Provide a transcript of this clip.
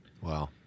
Wow